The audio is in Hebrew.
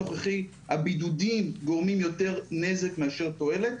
שהבידודים גורמים יותר נזק מאשר תועלת.